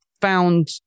found